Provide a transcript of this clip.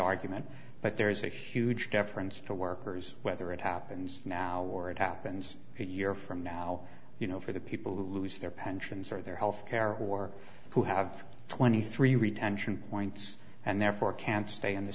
argument but there is a huge deference to workers whether it happens now word happens year from now you know for the people who lose their pensions or their health care or who have twenty three retention points and therefore can't stay in the